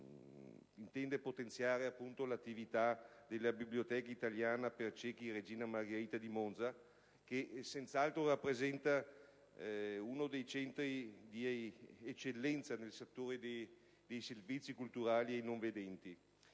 intende potenziare l'attività della Biblioteca italiana per ciechi «Regina Margherita» di Monza, la quale rappresenta uno dei centri di eccellenza nel settore dei servizi culturali ai non vedenti.